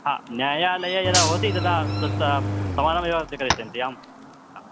हा न्यायालये यदा भवति तदा तत् समानमेव ते करिष्यन्ति आं हा